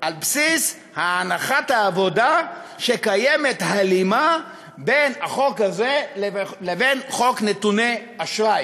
על בסיס הנחת העבודה שקיימת הלימה בין החוק הזה לבין חוק נתוני אשראי.